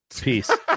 Peace